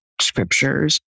scriptures